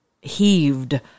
heaved